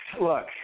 look